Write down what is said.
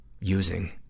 using